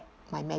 my